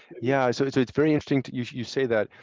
yeah. so it's it's very interesting you say that.